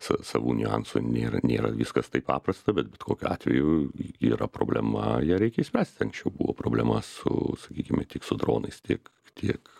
sa savų niuansų nėra nėra viskas taip paprasta bet bet kokiu atveju y yra problema ją reikia išspręsti anksčiau buvo problema su sakykime tiek su dronais tiek tiek